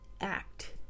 act